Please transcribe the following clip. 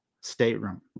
stateroom